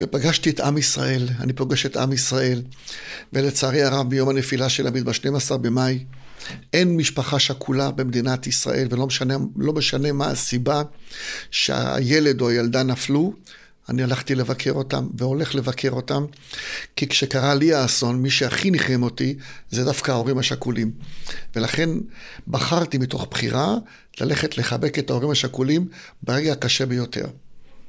ופגשתי את עם ישראל, אני פוגש את עם ישראל, ולצערי הרב ביום הנפילה של עמית ב-12 במאי, אין משפחה שכולה במדינת ישראל, ולא משנה מה הסיבה שהילד או הילדה נפלו, אני הלכתי לבקר אותם, והולך לבקר אותם, כי כשקרה לי האסון, מי שהכי ניחם אותי, זה דווקא ההורים השכולים. ולכן בחרתי מתוך בחירה ללכת לחבק את ההורים השכולים ברגע הקשה ביותר.